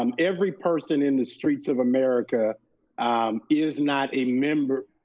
um every person in the streets of america is not a member